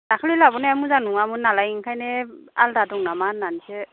दाखालि लाबोनाया मोजां नङामोन नालाय ओंखायनो आलादा दं नामा होन्नानैसो